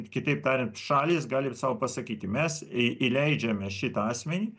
kitaip tariant šalys gali ir sau pasakyti mes įleidžiame šitą asmenį